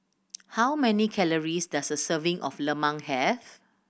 how many calories does a serving of Lemang have